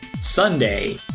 sunday